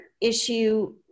issue